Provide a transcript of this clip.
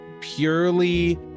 purely